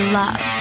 love